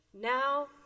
now